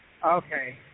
Okay